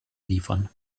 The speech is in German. liefern